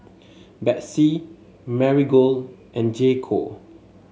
Betsy Marigold and J Co